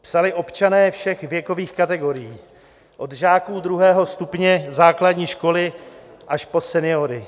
Psali občané všech věkových kategorií, od žáků druhého stupně základní školy až po seniory.